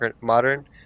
modern